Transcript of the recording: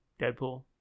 Deadpool